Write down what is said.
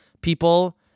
People